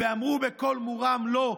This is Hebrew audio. ואמרו בקול מורם: לא.